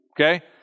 Okay